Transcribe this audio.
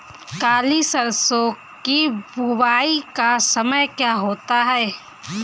काली सरसो की बुवाई का समय क्या होता है?